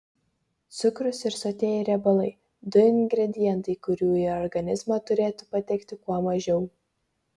cukrus ir sotieji riebalai du ingredientai kurių į organizmą turėtų patekti kuo mažiau